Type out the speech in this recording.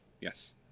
Yes